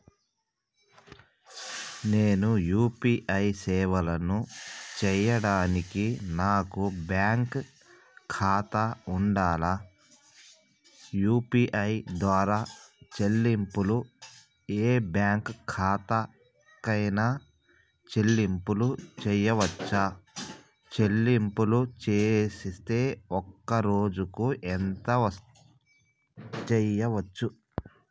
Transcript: నేను యూ.పీ.ఐ సేవలను చేయడానికి నాకు బ్యాంక్ ఖాతా ఉండాలా? యూ.పీ.ఐ ద్వారా చెల్లింపులు ఏ బ్యాంక్ ఖాతా కైనా చెల్లింపులు చేయవచ్చా? చెల్లింపులు చేస్తే ఒక్క రోజుకు ఎంత చేయవచ్చు?